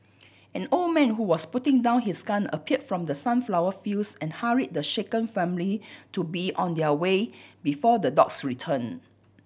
an old man who was putting down his gun appeared from the sunflower fields and hurried the shaken family to be on their way before the dogs return